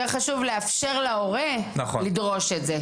יותר חשוב לאפשר להורה לדרוש את זה.